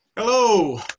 Hello